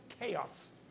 chaos